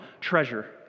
treasure